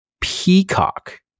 Peacock